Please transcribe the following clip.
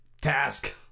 task